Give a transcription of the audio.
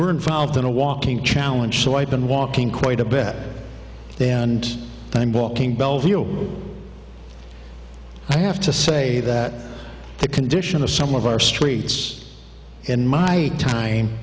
we're involved in a walking challenge so i've been walking quite a bit then and i'm walking bellevue i have to say that the condition of some of our streets in my time